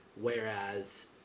whereas